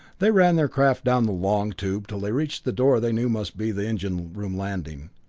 they ran their craft down the long tube till they reached the door they knew must be the engine room landing,